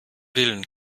willen